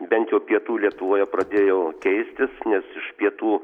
bent jau pietų lietuvoje pradėjo keistis nes iš pietų